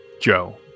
Joe